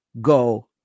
go